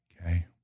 okay